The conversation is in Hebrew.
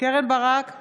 קרן ברק,